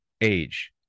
Age